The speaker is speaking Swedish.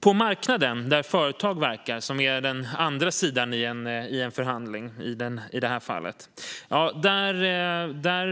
På marknaden, där företag verkar, som ju är den andra sidan i en förhandling,